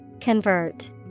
Convert